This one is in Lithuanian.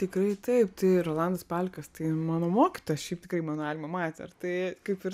tikrai taip tai rolandas palekas tai mano mokytojas šiaip tikrai mano alma mater tai kaip ir